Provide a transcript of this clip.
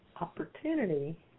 opportunity